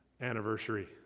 anniversary